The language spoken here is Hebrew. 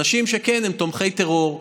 אנשים שכן, הם תומכי טרור.